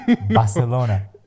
Barcelona